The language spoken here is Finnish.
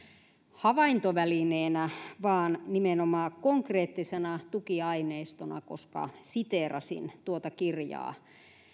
havaintovälineenä vaan nimenomaan konkreettisena tukiaineistona koska siteerasin tuota kirjaa